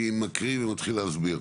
מי מקריא ומתחיל להסביר?